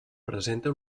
presenta